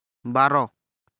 ᱵᱟᱨ